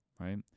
right